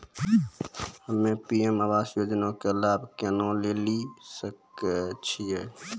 हम्मे पी.एम आवास योजना के लाभ केना लेली सकै छियै?